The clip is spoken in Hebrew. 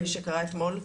מי שקרא אתמול,